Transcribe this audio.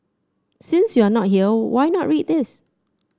since you are not here why not read this